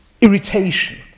irritation